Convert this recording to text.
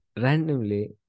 randomly